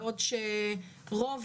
בעוד שרוב,